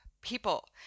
people